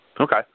Okay